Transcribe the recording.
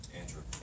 Andrew